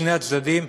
משני הצדדים,